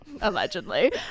Allegedly